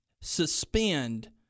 suspend